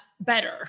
better